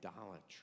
idolatry